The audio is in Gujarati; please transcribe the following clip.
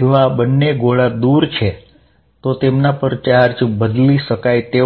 જો આ બંને ગોળા દૂર છે તો તેમના પર ચાર્જ બદલી શકાય તેવો છે